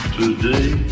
today